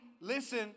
listen